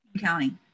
County